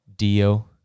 Dio